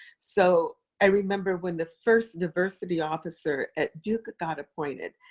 so i remember when the first diversity officer at duke got appointed,